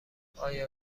آیا